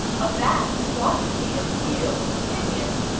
a vast quantity of wheels, pinions,